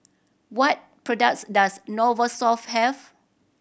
what products does Novosource have